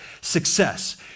Success